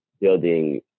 building